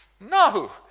No